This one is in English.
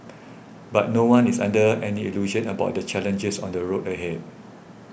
but no one is under any illusion about the challenges on the road ahead